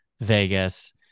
Vegas